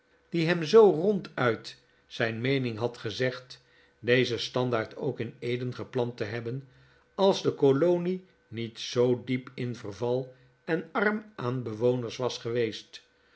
die hem zoo rohduit zijn meening had gezegd dezen standaard ook in eden geplant hebben als de kolonie niet zoo diep in verval en arm aan bewoners was geweest